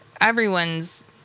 everyone's